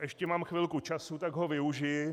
Ještě mám chvilku času, tak ho využiji.